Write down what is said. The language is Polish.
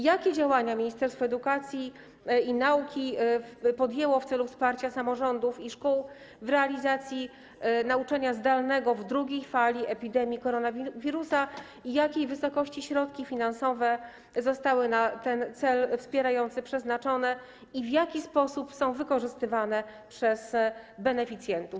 Jakie działania ministerstwo edukacji i nauki podjęło w celu wsparcia samorządów i szkół w realizacji nauczania zdalnego w drugiej fali epidemii koronawirusa, jakiej wysokości środki finansowe zostały na ten cel wspierający przeznaczone i w jaki sposób są wykorzystywane przez beneficjentów?